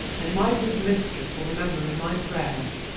and my good mistris will remember in my prayers